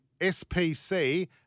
SPC